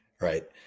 Right